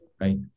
right